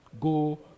go